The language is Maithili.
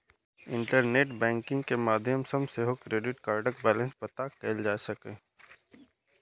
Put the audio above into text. इंटरनेट बैंकिंग के माध्यम सं सेहो क्रेडिट कार्डक बैलेंस पता कैल जा सकैए